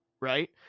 right